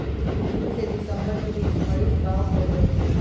जून से दिसंबर के बीच मरीच बाओ कएल जाइछइ